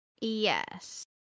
Yes